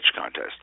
Contest